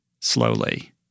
slowly